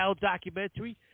documentary